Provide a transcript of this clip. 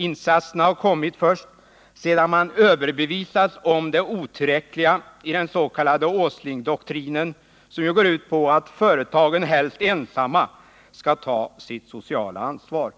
Insatserna har kommit först sedan man överbevisats om det otillräckliga i den s.k. Åslingdoktrinen, som går ut på att företagen, helst ensamma, skall ta sitt sociala ansvar.